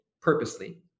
purposely